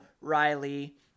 Riley